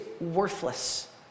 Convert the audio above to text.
worthless